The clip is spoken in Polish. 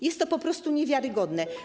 Jest to po prostu niewiarygodne.